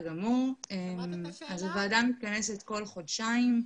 הוועדה מתכנסת כל חודשיים.